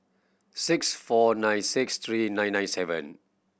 six four nine six three nine nine seven